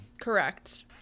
Correct